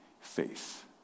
faith